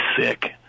sick